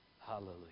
Hallelujah